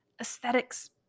Aesthetics